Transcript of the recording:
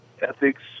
Ethics